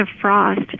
frost